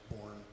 born